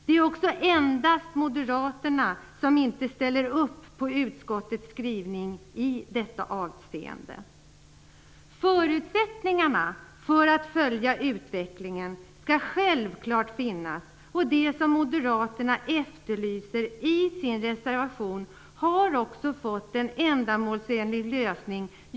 Det är endast Moderaterna som inte ställer upp på utskottets skrivning i detta avseende. Förutsättningarna för att följa utvecklingen skall självklart finnas, och det som Moderaterna efterlyser i sin reservation har också fått en ändamålsenlig lösning.